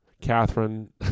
Catherine